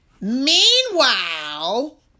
Meanwhile